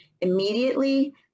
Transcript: Immediately